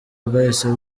bwahise